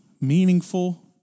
meaningful